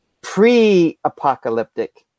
pre-apocalyptic